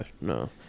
No